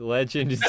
Legend